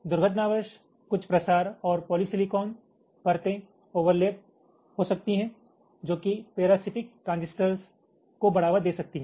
दुर्घटनावश कुछ प्रसार और पॉलीसिलिकॉन परतें ओवरलैप हो सकती हैं जो कि पेरासिटिक ट्रांजिस्टर को बढ़ावा दे सकती हैं